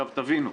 תבינו,